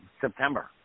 September